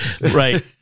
Right